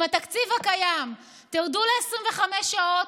עם התקציב הקיים תרדו ל-25 שעות,